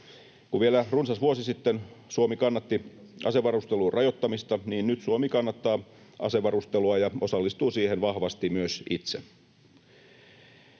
Kun vielä runsas vuosi sitten Suomi kannatti asevarustelun rajoittamista, niin nyt Suomi kannattaa asevarustelua ja osallistuu siihen vahvasti myös itse.